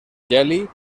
geli